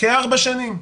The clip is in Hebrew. כארבע שנים.